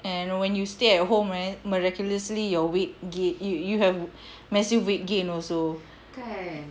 and when you stay at home right miraculously your weight gain you have massive weight gain also